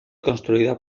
construida